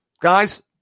Guys